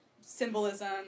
symbolism